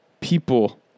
People